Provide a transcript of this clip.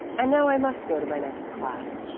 and now i must go to my next class.